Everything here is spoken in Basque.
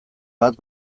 bat